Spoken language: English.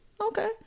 Okay